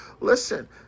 Listen